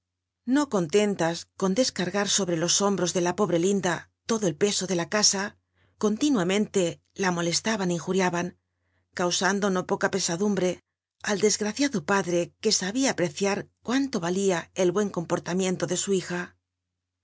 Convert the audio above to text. xo contentas con dtsrargar sobre los hombros de la pobre linda todo el pe o de la ca a continuamente la lllolcslaban ú injuriaban cau ando no poca pesadumbre al desgraciado paclre que ahia apreciar cuanlo yalia el buen comportamiento dtj su hija